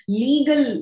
legal